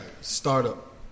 startup